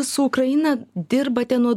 su ukraina dirbate nuo